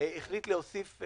החליט להוסיף,